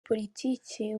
politiki